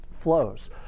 flows